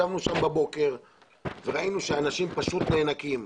ישבנו שם בבוקר וראינו שאנשים פשוט נאנקים.